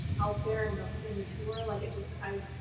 out there. and then the two were, like, it just, i,